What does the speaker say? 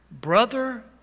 brother